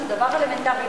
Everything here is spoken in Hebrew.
שזה דבר אלמנטרי.